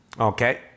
Okay